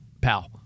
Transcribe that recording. pal